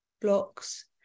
blocks